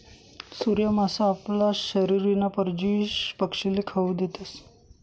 सूर्य मासा आपला शरीरवरना परजीवी पक्षीस्ले खावू देतस